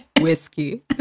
Whiskey